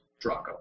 Draco